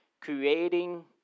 creating